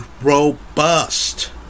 robust